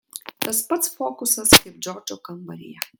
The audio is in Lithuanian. tas pats fokusas kaip džordžo kambaryje